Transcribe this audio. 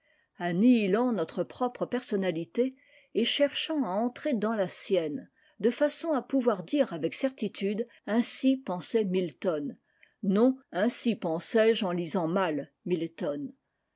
annihilant notre propre personnalité et cherchant à entrer dans la sienne de façon à pouvoir dire avec certitude ainsi pensait milton non ainsi pensais-je en lisant mal milton